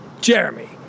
Jeremy